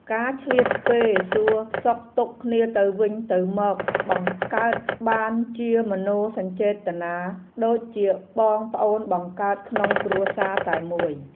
ការឆ្លៀតពេលសួរសុខទុក្ខគ្នាទៅវិញទៅមកបង្កើតបានជាមនោសញ្ចេតនាដូចជាបងប្អូនបង្កើតក្នុងគ្រួសារតែមួយ។